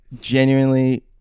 genuinely